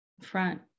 front